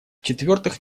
четвертых